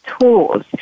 tools